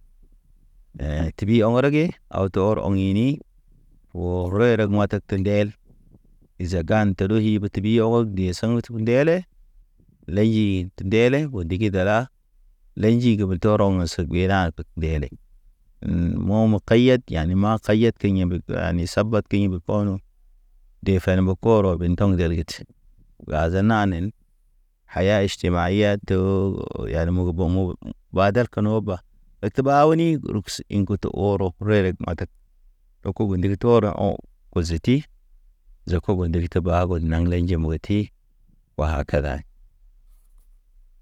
Tibi ɔŋ rege aw te ɔr ini, re ɔreg mata tek ndel, iza gan te de i be te i ɔg. Be saŋ te ndele Lḛnji dḛle o digi dala, lḛnji be tɔl rɔŋ se ge nak, Dele, mome kayiat yani ma kaiyat. Keŋing bege ani saba teɲ be kɔnɔ. Defen be koro be tɔŋ jali get, Laezn nanen, haye hay tima i ya to yane bo bomo bael kan uba, ete ɓaw ni gurubs in go te ɔrɔ re- reg matak, re kubu ndig tɔr re ɔŋ. Gozoti jakob debi kaba ag le naŋjemedi ti wa da.